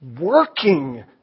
working